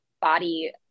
body